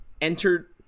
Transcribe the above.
entered